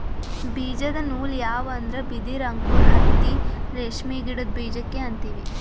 ಬೀಜದ ನೂಲ್ ಯಾವ್ ಅಂದ್ರ ಬಿದಿರ್ ಅಂಕುರ್ ಹತ್ತಿ ರೇಷ್ಮಿ ಗಿಡದ್ ಬೀಜಕ್ಕೆ ಅಂತೀವಿ